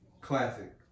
classic